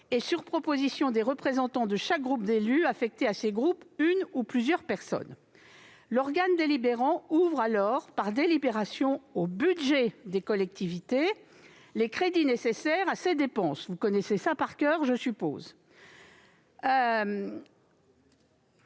et sur proposition des représentants de chaque groupe d'élus, affecter à ces groupes une ou plusieurs personnes. L'organe délibérant ouvre alors, par délibération au budget de la collectivité, les crédits nécessaires à ces dépenses, dans la limite d'un plafond